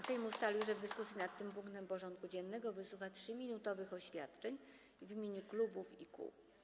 Sejm ustalił, że w dyskusji nad tym punktem porządku dziennego wysłucha 3-minutowych oświadczeń w imieniu klubów i kół.